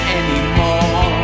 anymore